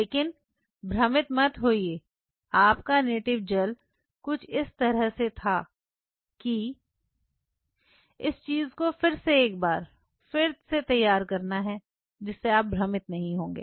लेकिन भ्रमित मत होइए आपका नेटिव जेल कुछ इस तरह से था कि इस चीज को फिर से एक बार फिर से तैयार करना है जिससे आप भ्रमित नहीं होंगे